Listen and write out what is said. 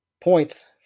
points